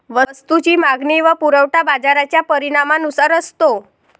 वस्तूची मागणी व पुरवठा बाजाराच्या परिणामानुसार असतो